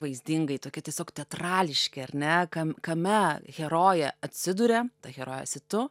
vaizdingai tokie tiesiog teatrališki ar ne kam kame herojė atsiduria herojė esi tu